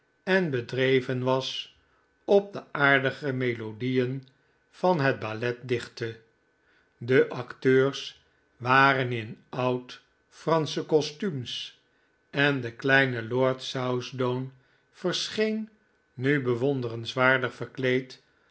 en bedreven was op de aardige melodieen van het ballet dichtte de acteurs waren in oud fransche kostuums en de kleine lord southdown verscheen nu bewonderenswaardig verkleed